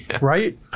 Right